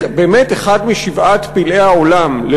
באמת אחד משבעת פלאי העולם,